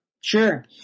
Sure